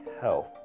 health